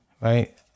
right